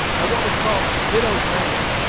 at what was called ditto's landing,